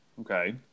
Okay